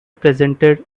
presented